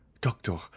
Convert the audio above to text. doctor